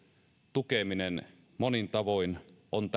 tukeminen monin tavoin on